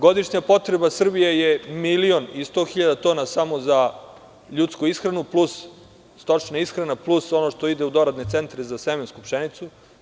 Godišnja potreba Srbije je 1.100.000 tona samo za ljudsku ishranu, plus stočna ishrana, plus ono što ide u doradne centre za semensku pšenicu.